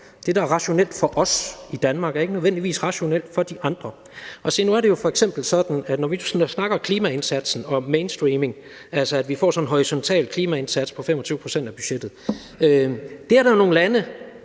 Det, der er rationelt for os i Danmark, er ikke nødvendigvis rationelt for de andre. Og se, nu er det jo f.eks. sådan, at når vi snakker klimaindsats og mainstreaming, altså at vi får sådan en horisontal klimaindsats på 25 pct. af budgettet, er der nogle lande